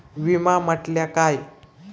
विमा म्हटल्या काय?